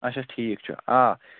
اچھا ٹھیک چھُ آ